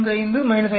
45 5